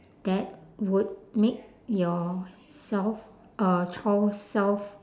that would make yourself uh child self